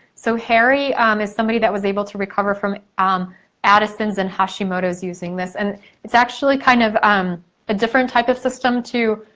so harry is somebody that was able to recover from um addison's and hashimoto's using this and it's actually kind of a different type of system to